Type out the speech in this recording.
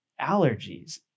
allergies